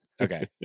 okay